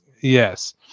Yes